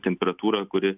temperatūrą kuri